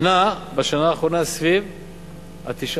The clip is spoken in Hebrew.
נע בשנה האחרונה סביב ה-9%.